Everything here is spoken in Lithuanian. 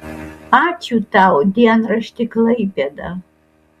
ačiū tau dienrašti klaipėda